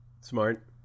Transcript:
Smart